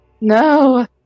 No